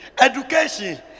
education